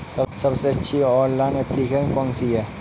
सबसे अच्छी online application कौन सी है?